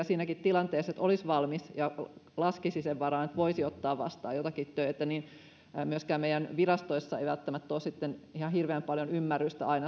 siinä tilanteessa kun urheilija olisi valmis ottamaan vastaan työtä ja laskisi sen varaan että voisi ottaa vastaan jotakin työtä ei myöskään meidän virastoissamme välttämättä ole aina ihan hirveän paljon ymmärrystä